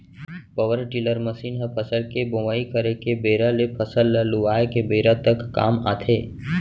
power tiller machine ह फसल के बोवई करे के बेरा ले फसल ल लुवाय के बेरा तक काम आथे